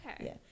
Okay